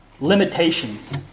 limitations